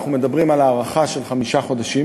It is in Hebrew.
אנחנו מדברים על הארכה של חמישה חודשים